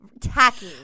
Tacky